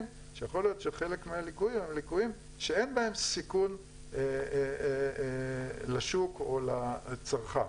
שיכול להיות שחלק מהליקויים הם ליקויים שאין בהם סיכון לשוק או לצרכן.